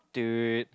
dude